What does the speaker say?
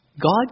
God